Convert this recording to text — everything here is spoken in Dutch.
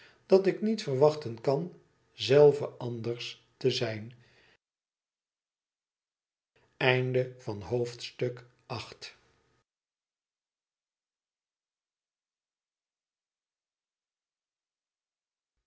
dat ik niet verwachten kan zelve anders te zijn